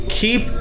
Keep